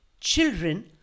Children